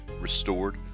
restored